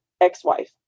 ex-wife